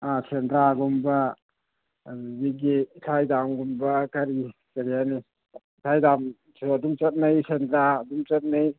ꯑꯥ ꯁꯦꯟꯗ꯭ꯔꯥꯒꯨꯝꯕ ꯑꯗꯨꯗꯒꯤ ꯏꯊꯥꯏ ꯗꯥꯝꯒꯨꯝꯕ ꯀꯔꯤ ꯐꯖꯍꯜꯂꯤ ꯏꯊꯥꯏ ꯗꯥꯝꯁꯦ ꯑꯗꯨꯝ ꯆꯠꯅꯩ ꯁꯦꯟꯗ꯭ꯔꯥ ꯑꯗꯨꯝ ꯆꯠꯅꯩ